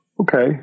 Okay